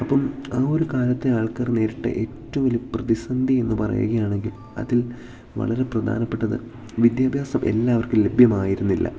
അപ്പം ആ ഒരു കാലത്തെ ആൾക്കാർ നേരിട്ട ഏറ്റവും വലിയ പ്രതിസന്ധി എന്ന് പറയുകയാണെങ്കിൽ അതിൽ വളരെ പ്രധാനപ്പെട്ടത് വിദ്യാഭ്യാസം എല്ലാവർക്കും ലഭ്യമായിരുന്നില്ല